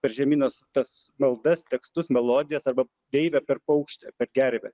per žemynos tas maldas tekstus melodijas arba deivę per paukštę per gervę